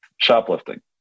Shoplifting